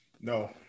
No